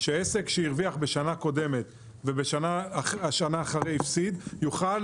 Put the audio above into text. שעסק שהרוויח בשנה הקודמת ובשנה אחרי הפסיד יוכל